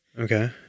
Okay